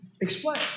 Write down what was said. Explain